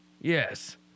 Yes